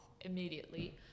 immediately